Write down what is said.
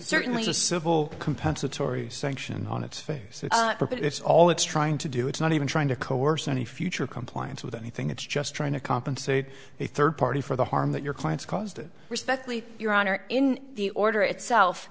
certainly the civil compensatory sanction on it but it's all it's trying to do it's not even trying to coerce any future compliance with anything it's just trying to compensate the third party for the harm that your clients caused it respectfully your honor in the order itself